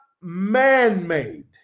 man-made